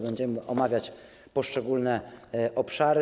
Będziemy omawiać poszczególne obszary.